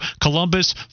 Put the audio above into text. Columbus